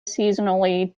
seasonally